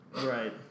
right